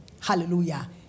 Hallelujah